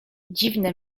dziwne